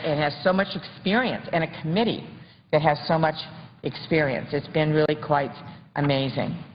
and has so much experience and a committee that has so much experience. it's been really quite amazing.